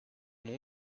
nom